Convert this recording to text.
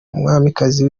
umwamikazi